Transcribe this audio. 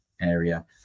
area